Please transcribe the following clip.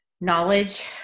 knowledge